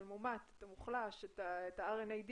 בטיחות בארנבות.